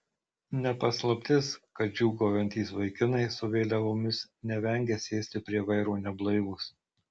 ne paslaptis kad džiūgaujantys vaikinai su vėliavomis nevengia sėsti prie vairo neblaivūs